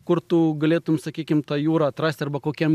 kur tu galėtum sakykim tą jura atrast arba kokiam